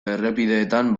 errepideetan